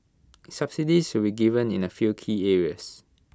subsidies will be given in A few key areas